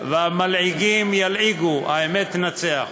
והמלעיגים ילעיגו, האמת תנצח.